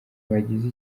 bagize